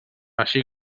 així